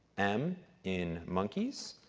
m in monkeys,